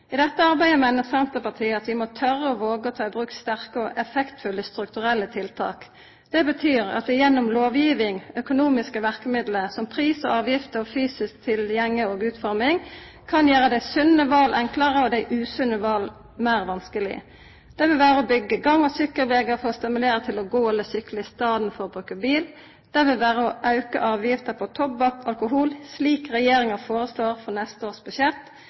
I dette arbeidet meiner Senterpartiet at vi må tørra og våga å ta i bruk sterke og effektfulle strukturelle tiltak. Det betyr at vi gjennom lovgiving, økonomiske verkemiddel som pris og avgifter og fysisk tilgjenge og utforming kan gjera dei sunne vala enklare og dei usunne vala vanskelegare. Det vil vera å byggja gang- og sykkelvegar for å stimulera til å gå eller sykla i staden for å bruka bil, det vil vera å auka avgifter på tobakk og alkohol, slik regjeringa foreslår for neste års budsjett.